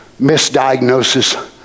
Misdiagnosis